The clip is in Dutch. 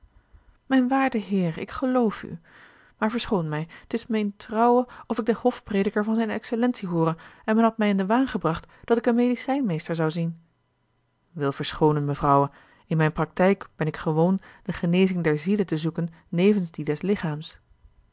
mijn waarde heer ik geloof u maar verschoon mij t is me in trouwe of ik den hofprediker van zijne excellentie hoore en men had mij in den waan gebracht dat ik een medicijnmeester zou zien wil verschoonen mevrouwe in mijn praktijk ben ik gewoon de genezing der ziele te zoeken nevens die des lichaams